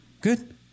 good